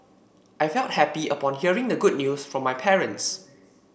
I felt happy upon hearing the good news from my parents